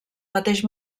mateix